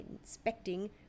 inspecting